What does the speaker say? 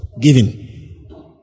Giving